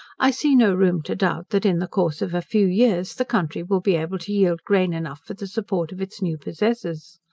i see no room to doubt, that in the course of a few years, the country will be able to yield grain enough for the support of its new possessors.